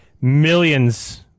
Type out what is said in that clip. millions